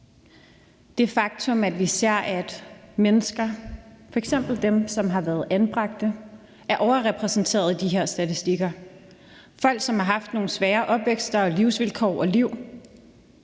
det faktum, at vi ser, at f.eks. mennesker, som har været anbragte, er overrepræsenterede i de her statistikker, og at folk, som har haft nogle svære opvækst- og livsvilkår og liv,